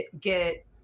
get